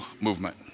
movement